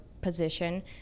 position